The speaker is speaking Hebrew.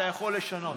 אתה יכול לשנות.